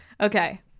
okay